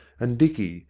and dicky,